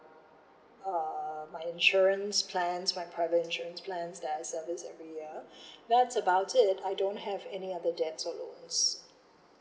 uh my insurance plans my private insurance plans that I saving every year that's about it I don't have any other debts or loans